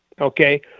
Okay